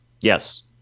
Yes